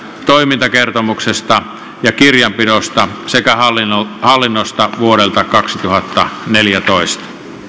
toimintakertomuksesta ja kirjanpidosta sekä hallinnosta hallinnosta vuodelta kaksituhattaneljätoista